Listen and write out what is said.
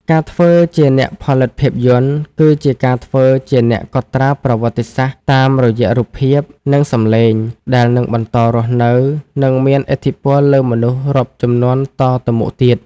ការធ្វើជាអ្នកផលិតភាពយន្ត គឺជាការធ្វើជាអ្នកកត់ត្រាប្រវត្តិសាស្ត្រតាមរយៈរូបភាព និងសំឡេង ដែលនឹងបន្តរស់នៅ និងមានឥទ្ធិពលលើមនុស្សរាប់ជំនាន់តទៅមុខទៀត។